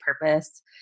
purpose